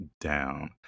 down